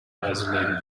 isolated